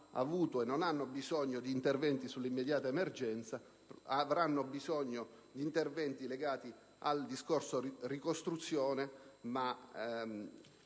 avuto e non hanno bisogno di interventi per l'immediata emergenza, avranno bisogno di interventi legati al discorso ricostruzione ed